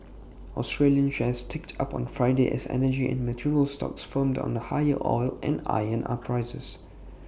Australian shares ticked up on Friday as energy and materials stocks firmed on higher oil and iron ore prices